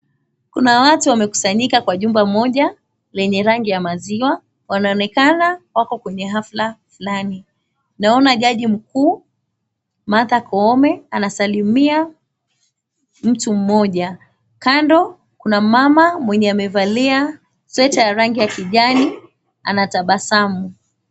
Kuna watu wamekusanyika kwa jumba moja, lenye rangi ya maziwa. Wanaonekana wako kwenye hafla fulani. Naona jaji mkuu Martha Koome anasalimia mtu mmoja. Kando kuna mama mwenye amevalia sweta ya rangi ya kijani anatabasamu.